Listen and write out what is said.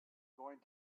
going